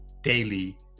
daily